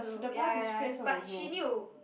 ya ya but she need to